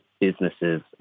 businesses